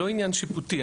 לא עניין שיפוטי,